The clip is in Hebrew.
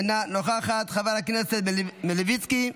אינה נוכחת, חבר הכנסת דב מלביצקי,